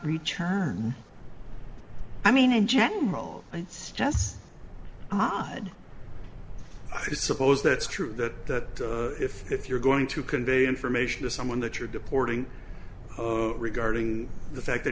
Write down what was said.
return i mean in general it's just odd i suppose that's true that if if you're going to convey information to someone that you're deporting regarding the fact that